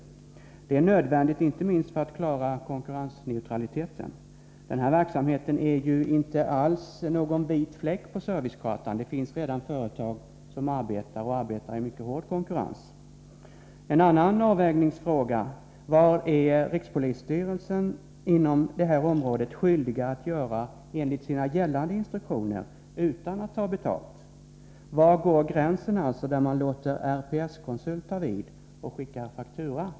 Det är nödvändigt att man gör en sådan avgränsning, inte minst för att klara konkurrensneutraliteten. Den här verksamheten är ju inte alls någon vit fläck på servicekartan. Det finns redan företag som arbetar, och arbetar i mycket hård konkurrens. En annan avvägningsfråga: Vad är rikspolisstyrelsen inom det här området skyldig att göra, enligt gällande instruktioner, utan att ta betalt? Var går gränsen? Var låter man RPS-konsult ta vid och alltså skicka faktura?